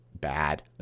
bad